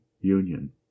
union